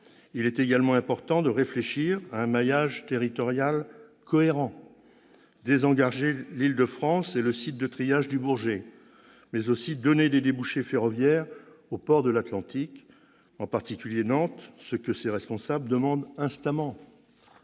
Il est également important de réfléchir à un maillage territorial cohérent : désengorger l'Île-de-France et le site de triage du Bourget, mais aussi donner des débouchés ferroviaires aux ports de l'Atlantique, en particulier Nantes- ses responsables le demandent instamment.